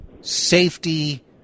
safety